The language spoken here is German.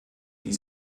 die